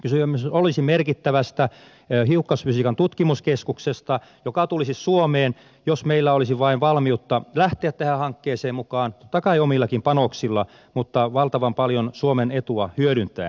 kysymys olisi merkittävästä hiukkasfysiikan tutkimuskeskuksesta joka tulisi suomeen jos meillä olisi vain valmiutta lähteä tähän hankkeeseen mukaan totta kai omillakin panoksilla mutta valtavan paljon suomen etua hyödyntäen